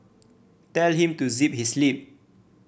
tell him to zip his lip